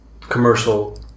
commercial